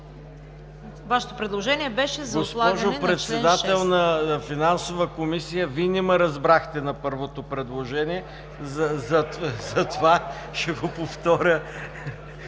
Вашето предложение беше за отлагане на чл. 6. ДАНАИЛ КИРИЛОВ: Госпожо Председател на Финансовата комисия, Вие не ме разбрахте на първото предложение, затова ще го повторя